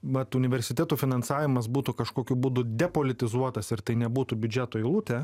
vat universitetų finansavimas būtų kažkokiu būdu depolitizuotas ir tai nebūtų biudžeto eilutė